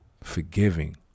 forgiving